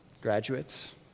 graduates